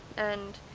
and.